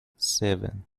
seven